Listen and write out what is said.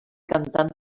cantant